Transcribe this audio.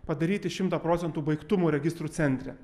padaryti šimtą procentų baigtumo registrų centre